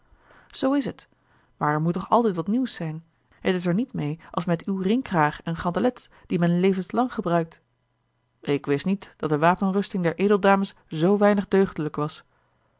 zoo is het maar er moet toch altijd wat nieuws zijn het is er niet meê als met uw ringkraag en gantelets die men levenslang gebruikt ik wist niet dat de wapenrusting der edeldames zoo weinig deugdelijk was